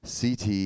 CT